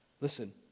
Listen